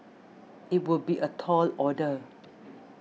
it would be a tall order